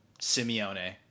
Simeone